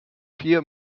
vier